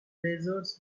razors